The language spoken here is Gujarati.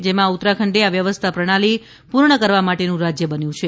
જેમાં ઉત્તરાખંડએ આ વ્યવસ્થા પ્રણાલી પૂર્ણ કરવા માટેનું રાજ્ય બન્યું છે